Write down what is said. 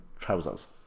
trousers